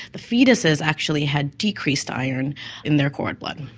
the foetuses actually had decreased iron in their cord blood.